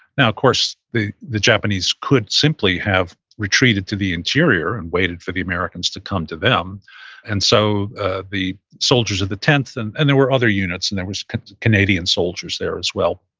now, of course, the the japanese could simply have retreated to the interior and waited for the americans to come to them and so ah the soldiers of the tenth, and and there were other units, and there was canadian soldiers there as well,